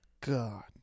God